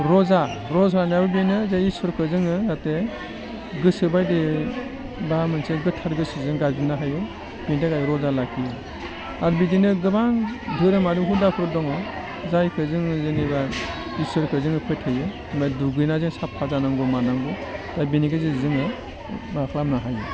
रजा रजा होनायाबो बेनो जे इसोरखौ जोङो जाहाथे गोसो बायदियै बा मोनसे गोथार गोसोजों गाबज्रिना हायो बेनि थाखाय रजा लाखियो आरो बेदिनो गोबां धोरोमारि हुदाफोर दङ जायखौ जोङो जेनेबा इसोरखौ जोङो फोथायो बा दुगैना जों साफ्फा जानांगौ मानांगौ दा बेनि गेजेरजों जोङो मा खालामनो हायो